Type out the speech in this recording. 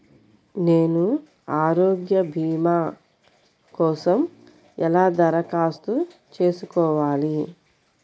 నేను ఆరోగ్య భీమా కోసం ఎలా దరఖాస్తు చేసుకోవాలి?